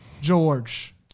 George